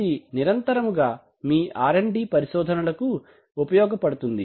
ఇది నిరంతరముగా మీ ఆర్ డి R D పరిశోధనలకు ఉపయోగపడుతుంది